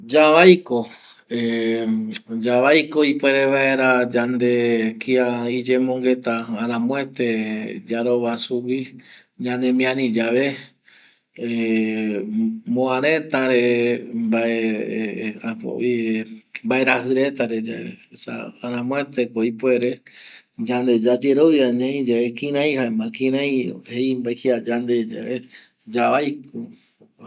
Yavai ko ˂Hesitation˃ yavai ko ipuere vaera yande kia iyemongueta aramuete yarovai sugüi, ñanemiari yave muareta re, mbaeraji reta re esa aramuete ko ipuere yayerovia ñaiyave kirei jei mbae yande yave yavai ko jokua